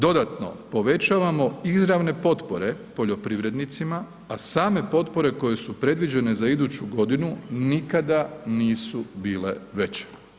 Dodatno povećavamo izravne potpore poljoprivrednicima, a same potpore koje su predviđene za iduću godinu nikada nisu bile veće.